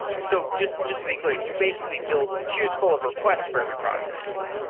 so just just to be clear. you basically build queues full of request for every product in amazon.